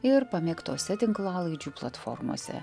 ir pamėgtose tinklalaidžių platformose